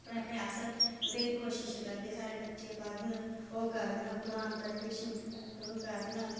अपने अपने अस बथ्हेरी कोशिश करदे साढ़े बच्चे पढ़न फलान करन